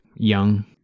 young